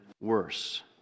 worse